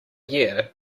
year